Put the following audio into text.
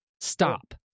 stop